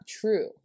true